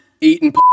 Eating